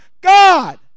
God